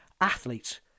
athletes